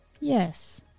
Yes